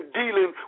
dealing